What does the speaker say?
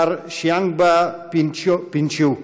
מר שיאנגבה פינגצ'וֺ.